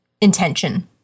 intention